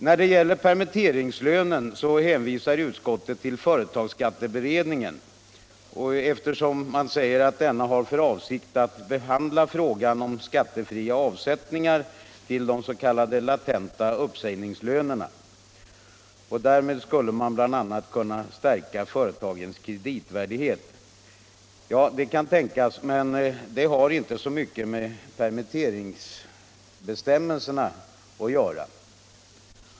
När det gäller permitteringslönerna hänvisar utskottet till företagsskatteberedningen och säger att denna har för avsikt att behandla frågan om skattefria avsättningar till de s.k. latenta uppsägningslönerna. Därmed skulle bl.a. företagens kreditvärdighet kunna förstärkas, menar man. Ja, det kan tänkas, men det har inte så mycket med permitteringsbestämmelserna att göra.